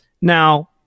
Now